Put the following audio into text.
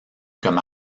comme